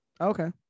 Okay